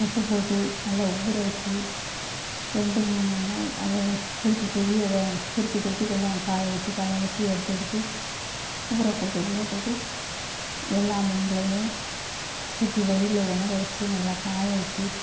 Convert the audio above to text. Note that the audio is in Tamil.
உப்பு போட்டு நல்லா ஊற வெச்சு ரெண்டு மூணு நாள் அதை குலுக்கி குலுக்கி அதை திருப்பி திருப்பி கொஞ்சோம் காய வச்சி காய வச்சி எடுத்து எடுத்து ஊற போட்டு ஊற போட்டு எல்லா மீன்களையுமே திருப்பி வெயில்ல உணர வச்சி நல்லா காய வச்சி